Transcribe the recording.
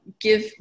Give